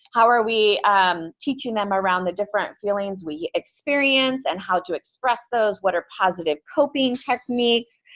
how are we um teaching them around the different feelings we experience and how to express those? what are positive coping techniques?